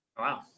Wow